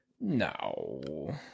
No